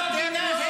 אף אחד מכם לא גינה.